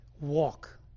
Walk